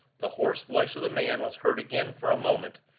the hoarse voice of the man was heard again for a moment,